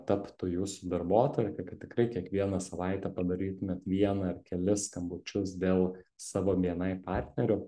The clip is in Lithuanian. taptų jūsų darbotvarke kad tikrai kiekvieną savaitę padarytumėt vieną ar kelis skambučius dėl savo bni partnerių